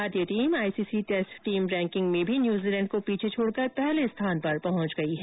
भारतीय team ICC test team ranking में भी न्यूजीलैंड को पीछे छोड़कर पहले स्थान पर पहुंच गयी है